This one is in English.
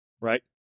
right